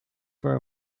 for